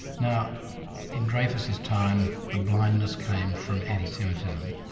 now in dreyfus's time, the blindness came from anti-semitism.